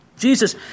Jesus